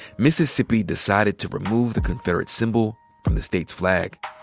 mississippi decided to remove the confederate symbol from the state's flag.